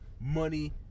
money